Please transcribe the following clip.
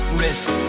risk